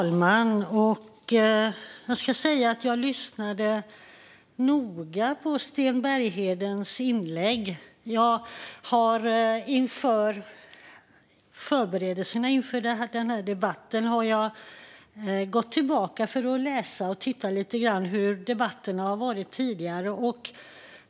Fru talman! Jag lyssnade noga på Sten Berghedens anförande. Jag har som förberedelse inför denna debatt gått tillbaka för att läsa och titta lite grann på hur debatterna varit tidigare.